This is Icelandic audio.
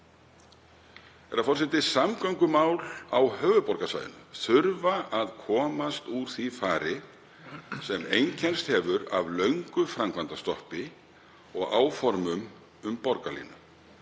Herra forseti. Samgöngumál á höfuðborgarsvæðinu þurfa að komast úr því fari sem einkennist hefur af löngu framkvæmdastoppi og áformum um borgarlínu.